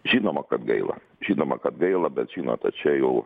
žinoma kad gaila žinoma kad gaila bet žinote čia jau